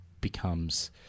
becomes